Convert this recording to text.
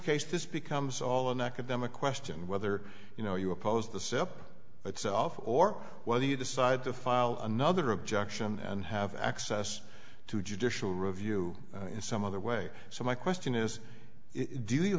case this becomes all an academic question whether you know you oppose the sept itself or whether you decide to file another objection and have access to judicial review in some other way so my question is do you